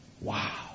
Wow